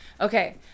Okay